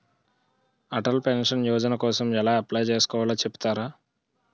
Atal pension Yojana కోసం ఎలా apply చేసుకోవాలో చెపుతారా?